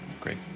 Great